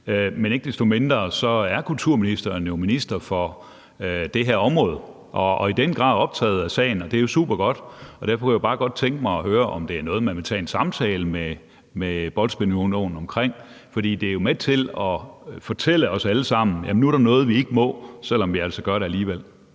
Men ikke desto mindre er kulturministeren jo minister for det her område og i den grad optaget af sagen, og det er jo supergodt, og derfor kunne jeg bare godt tænke mig at høre, om det er noget, man vil tage en samtale med Boldspilunionen omkring. For det er jo med til at fortælle os alle sammen, at der nu er noget, vi ikke må, selv om vi altså alligevel